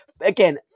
again